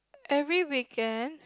every weekend